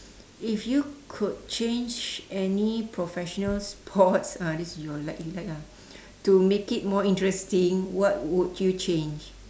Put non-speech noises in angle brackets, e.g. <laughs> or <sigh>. if you could change any professional sports <laughs> ah this your like you like ah to make it more interesting what would you change